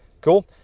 Cool